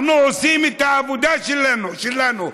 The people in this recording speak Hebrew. אנחנו עושים את העבודה שלנו.